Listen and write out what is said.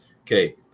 Okay